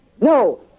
No